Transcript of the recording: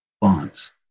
bonds